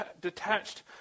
detached